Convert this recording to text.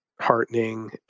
heartening